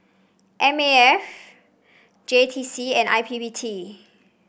M A F J T C and I P P T